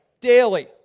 daily